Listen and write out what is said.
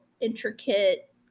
intricate